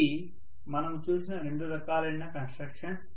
ఇవి మనము చూసిన రెండు రకాలైన కన్స్ట్రక్షన్స్